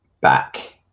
back